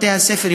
בתי-הספר,